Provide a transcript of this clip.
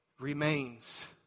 remains